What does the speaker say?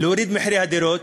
להוריד מחירי הדירות,